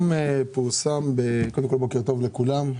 בוקר טוב לכולם.